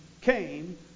came